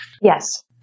Yes